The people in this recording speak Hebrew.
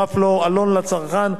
שמצורף לו עלון לצרכן,